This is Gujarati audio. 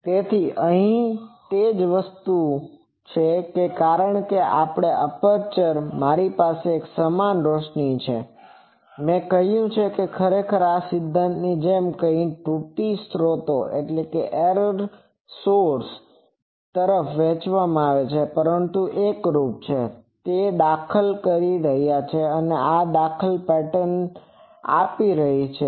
તેથી અહીં તે જ વસ્તુ છે કારણ કે ખરેખર આ એપ્રેચર છે મારી પાસે એક સમાન રોશની છે અને મેં કહ્યું કે ખરેખર આ કોઈ સિદ્ધાંતની જેમ કંઈક છે જે ત્રુટિ સ્ત્રોતો દ્વારા સ્ત્રોત વહેંચવામાં આવ્યા છે પરંતુ તે એકરૂપ છે તેઓ દખલ કરી રહ્યા છે અને દખલ આ પેટર્ન આપી રહી છે